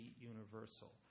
Universal